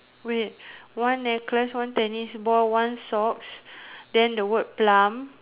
wait one necklace one tennis ball one socks then the word plum